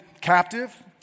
captive